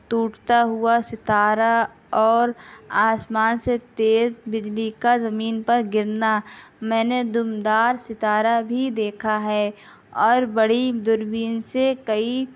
ٹوٹتا ہوا ستارہ اور آسمان سے تیز بجلی کا زمین پر گرنا میں نے دم دار ستارہ بھی دیکھا ہے اور بڑی دوربین سے کئی